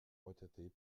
retraités